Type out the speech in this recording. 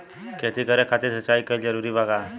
खेती करे खातिर सिंचाई कइल जरूरी बा का?